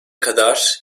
kadar